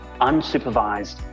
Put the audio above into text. unsupervised